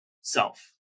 self